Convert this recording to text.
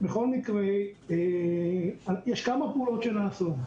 בכל מקרה יש כמה פעולות שנעשו.